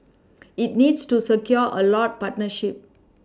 it needs to secure a lot partnerships